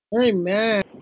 Amen